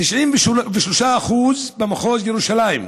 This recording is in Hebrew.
93% במחוז ירושלים,